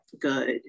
good